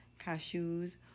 cashews